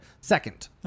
Second